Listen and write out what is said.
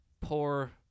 poor